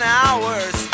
hours